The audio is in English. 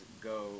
go